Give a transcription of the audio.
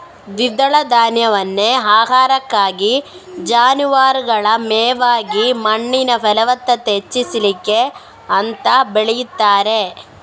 ದ್ವಿದಳ ಧಾನ್ಯವನ್ನ ಆಹಾರಕ್ಕಾಗಿ, ಜಾನುವಾರುಗಳ ಮೇವಾಗಿ ಮಣ್ಣಿನ ಫಲವತ್ತತೆ ಹೆಚ್ಚಿಸ್ಲಿಕ್ಕೆ ಅಂತ ಬೆಳೀತಾರೆ